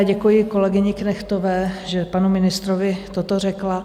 Děkuji kolegyni Knechtové, že panu ministrovi toto řekla.